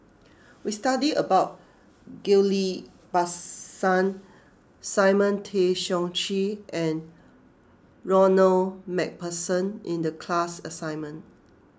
we studied about Ghillie Basan Simon Tay Seong Chee and Ronald MacPherson in the class assignment